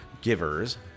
givers